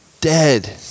dead